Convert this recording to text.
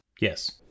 Yes